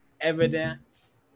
evidence